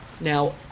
now